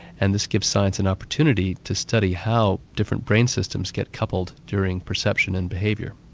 and this gives science an opportunity to study how different brain systems get coupled during perception and behaviour.